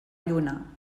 lluna